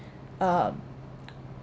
uh